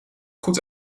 goed